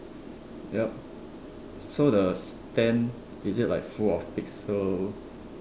yup so the tent is it like full of pixel